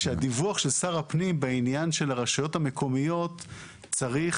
שהדיווח של שר הפנים בעניין של הרשויות המקומיות צריך